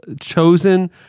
chosen